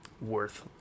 worth